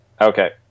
Okay